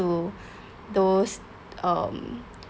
to those um